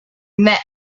met